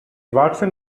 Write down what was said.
watson